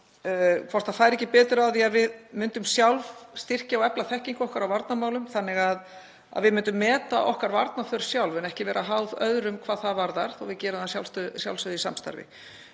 það færi ekki betur á því að við myndum sjálf styrkja og efla þekkingu okkar á varnarmálum þannig að við myndum meta okkar varnarþörf sjálf en ekki vera háð öðrum hvað það varðar, þó að við gerum það að sjálfsögðu í samstarfi.